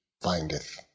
findeth